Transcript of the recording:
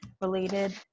related